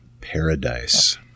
Paradise